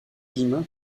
guillemin